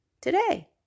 today